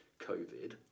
covid